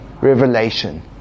revelation